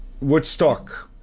Woodstock